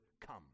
come